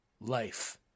life